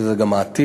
וזה גם העתיד,